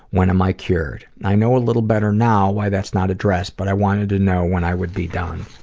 when am i cured? and i know a little better now, why that's not addressed, but i wanted to know when i would be done.